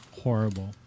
horrible